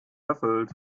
erfüllt